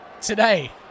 Today